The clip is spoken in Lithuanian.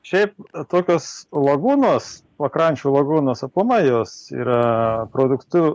šiaip tokios lagūnos pakrančių lagūnos aplamai jos yra produktu